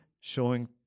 showing